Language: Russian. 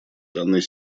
данной